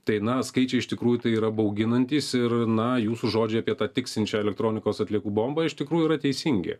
tai na skaičiai iš tikrųjų tai yra bauginantys ir na jūsų žodžiai apie tą tiksinčią elektronikos atliekų bombą iš tikrųjų yra teisingi